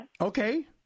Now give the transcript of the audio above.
Okay